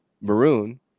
maroon